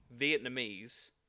Vietnamese